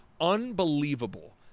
unbelievable